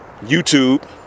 youtube